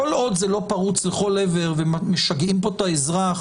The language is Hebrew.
את כל עוד זה לא פרוץ לכל עבר ומשגעים פה את האזרח,